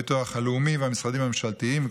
לביטוח הלאומי והמשרדים הממשלתיים,